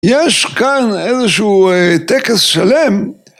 יש כאן איזשהו טקס שלם